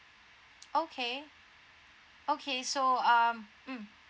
okay okay so um mm